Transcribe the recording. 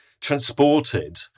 transported